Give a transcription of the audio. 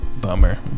Bummer